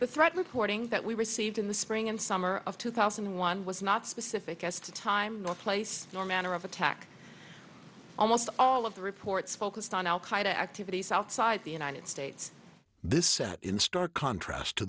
the threat reporting that we received in the spring and summer of two thousand and one was not specific as to time nor place nor manner of attack almost all of the reports focused on al qaeda activities outside the united states this set in stark contrast to